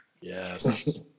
Yes